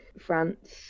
France